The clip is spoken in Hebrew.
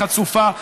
היא חצופה,